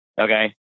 Okay